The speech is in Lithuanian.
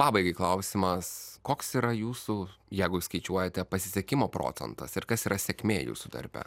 pabaigai klausimas koks yra jūsų jeigu skaičiuojate pasisekimo procentas ir kas yra sėkmė jūsų darbe